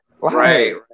Right